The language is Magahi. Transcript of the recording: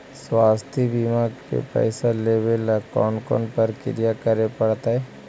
स्वास्थी बिमा के पैसा लेबे ल कोन कोन परकिया करे पड़तै?